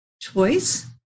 choice